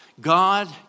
God